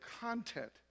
content